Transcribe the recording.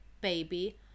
Baby